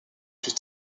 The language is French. plus